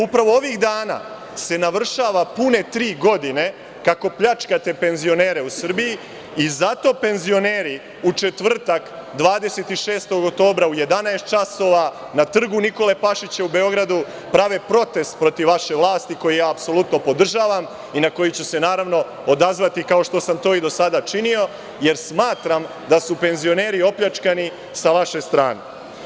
Upravo ovih dana se navršavaju pune tri godine kako pljačkate penzioner u Srbiji i zato penzioneri u četvrtak, 26. oktobra, u 11.00 časova, na Trgu Nikole Pašića u Beogradu prave protest protiv vaše vlasti, koji ja apsolutno podržavam i na koji ću se , naravno, odazvati kao što sam to do sada činio, jer smatram da su penzioneri opljačkani sa vaše strane.